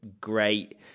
great